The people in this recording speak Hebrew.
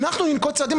אנחנו ננקוט צעדים.